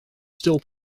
still